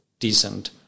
decent